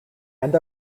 end